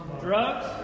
Drugs